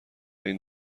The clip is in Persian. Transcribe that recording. این